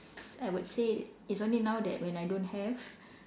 I would say it's only now that when I don't have